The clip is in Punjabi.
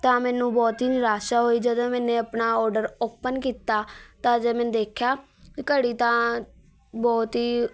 ਤਾਂ ਮੈਨੂੰ ਬਹੁਤ ਹੀ ਨਿਰਾਸ਼ਾ ਹੋਈ ਜਦੋਂ ਮੈਨੇ ਆਪਣਾ ਓਡਰ ਓਪਨ ਕੀਤਾ ਤਾਂ ਜਦੋਂ ਮੈਂ ਦੇਖਿਆ ਘੜੀ ਤਾਂ ਬਹੁਤ ਹੀ